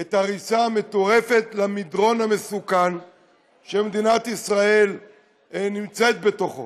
את הריצה המטורפת במדרון המסוכן שמדינת ישראל נמצאת בתוכו.